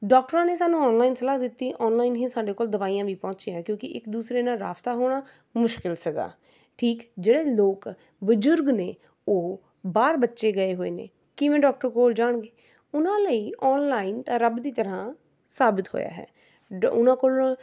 ਡਾਕਟਰਾਂ ਨੇ ਸਾਨੂੰ ਆਨਲਾਈਨ ਸਲਾਹ ਦਿੱਤੀ ਔਨਲਾਈਨ ਹੀ ਸਾਡੇ ਕੋਲ ਦਵਾਈਆਂ ਵੀ ਪਹੁੰਚੀਆਂ ਕਿਉਂਕਿ ਇੱਕ ਦੂਸਰੇ ਨਾਲ ਰਾਬਤਾ ਹੋਣਾ ਮੁਸ਼ਕਲ ਸੀਗਾ ਠੀਕ ਜਿਹੜੇ ਲੋਕ ਬਜ਼ੁਰਗ ਨੇ ਉਹ ਬਾਹਰ ਬੱਚੇ ਗਏ ਹੋਏ ਨੇ ਕਿਵੇਂ ਡਾਕਟਰ ਕੋਲ ਜਾਣਗੇ ਉਨ੍ਹਾਂ ਲਈ ਔਨਲਾਈਨ ਰੱਬ ਦੀ ਤਰ੍ਹਾਂ ਸਾਬਤ ਹੋਇਆ ਹੈ ਡ ਉਨ੍ਹਾਂ ਕੋਲ